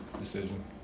decision